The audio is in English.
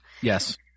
Yes